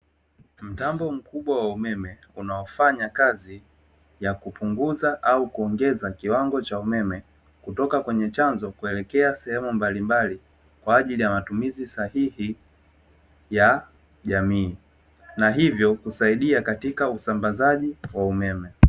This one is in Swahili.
Mtambo mkubwa wa umeme unaofanya kazi ya kupunguza au kuongeza kiwango cha umeme, kutoka kwenye chanzo kuelekea sehemu mbalimbali kwa ajili ya matumizi sahihi ya jamii na hivyo kusaidia katika usambazaji wa umeme.